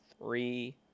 three